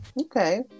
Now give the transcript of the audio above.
Okay